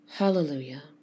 Hallelujah